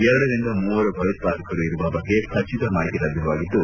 ಎರಡರಿಂದ ಮೂವರು ಭಯೋತ್ವಾದಕರು ಇರುವ ಬಗ್ಗೆ ಖಚಿತ ಮಾಹಿತಿ ಲಭ್ಯವಾಗಿದ್ದು